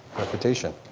reputation.